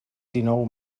dinou